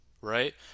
right